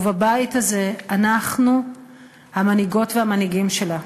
ובבית הזה אנחנו המנהיגות והמנהיגים שלה,